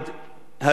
הרגע הזה.